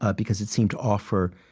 ah because it seemed to offer